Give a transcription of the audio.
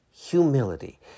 humility